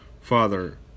father